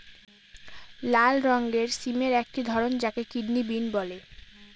লাল রঙের সিমের একটি ধরন যাকে কিডনি বিন বলে